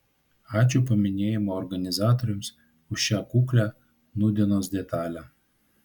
ačiū paminėjimo organizatoriams už šią kuklią nūdienos detalę